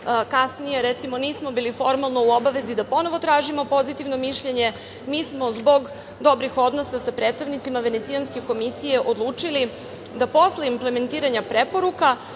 kasnije, recimo, nismo bili formalno u obavezi da ponovo tražimo pozitivno mišljenje, mi smo zbog dobrih odnosa sa predstavnicima Venecijanske komisije odlučili da posle implementiranja preporuka